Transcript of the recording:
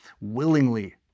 willingly